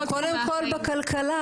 קודם כל בכלכלה.